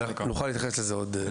אנחנו נוכל להתייחס לזה עוד מעט.